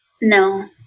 No